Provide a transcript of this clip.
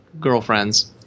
girlfriends